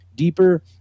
deeper